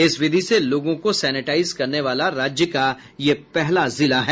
इस विधि से लोगों को सेनेटाइज करने वाला राज्य का यह पहला जिला है